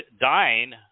Dying